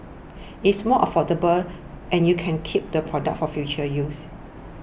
it's more affordable and you can keep the products for future use